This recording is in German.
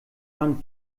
man